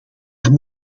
daar